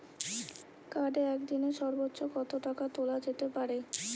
কার্ডে একদিনে সর্বোচ্চ কত টাকা তোলা যেতে পারে?